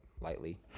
lightly